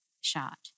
shot